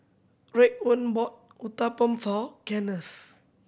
Raekwon bought Uthapam for Kennth